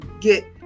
get